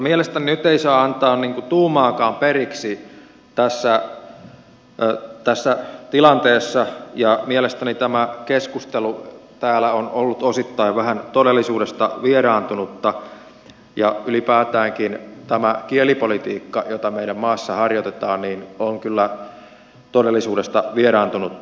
mielestäni nyt ei saa antaa tuumaakaan periksi tässä tilanteessa ja mielestäni tämä keskustelu täällä on ollut osittain vähän todellisuudesta vieraantunutta ja ylipäätäänkin tämä kielipolitiikka jota meidän maassamme harjoitetaan on kyllä todellisuudesta vieraantunutta